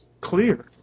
clear